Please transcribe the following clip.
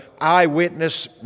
eyewitness